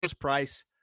price